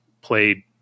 played